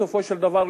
בסופו של דבר,